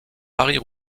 paris